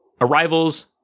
Arrivals